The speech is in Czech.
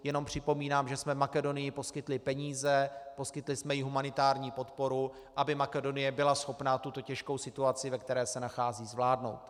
Jenom připomínám, že jsme Makedonii poskytli peníze, poskytli jsme jí humanitární podporu, aby Makedonie byla schopná tuto těžkou situaci, v které se nachází, zvládnout.